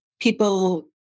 people